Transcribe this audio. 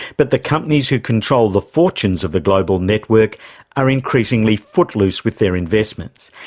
but the companies who control the fortunes of the global network are increasingly footloose with their investments.